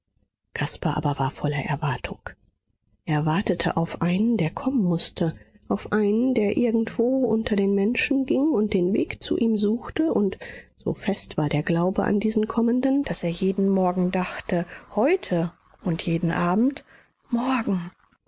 caspar aber war voller erwartung er wartete auf einen der kommen mußte auf einen der irgendwo unter den menschen ging und den weg zu ihm suchte und so fest war der glaube an diesen kommenden daß er jeden morgen dachte heute und jeden abend morgen